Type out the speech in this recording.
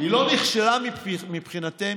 היא לא נכשלה מבחינתכם,